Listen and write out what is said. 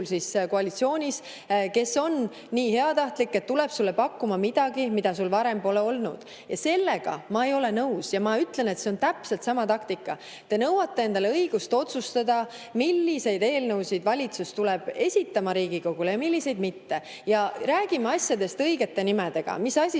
juhul koalitsioonis, kes on nii heatahtlik, et tuleb sulle pakkuma midagi, mida sul varem pole olnud. Ja sellega ma ei ole nõus. Ma ütlen, et see on täpselt sama taktika. Te nõuate endale õigust otsustada, milliseid eelnõusid valitsus tohib esitada Riigikogule ja milliseid mitte. Räägime asjadest õigete nimedega. Mis asi